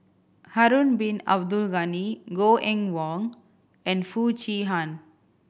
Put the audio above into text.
Harun Bin Abdul Ghani Goh Eng Wah and Foo Chee Han